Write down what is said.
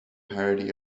parody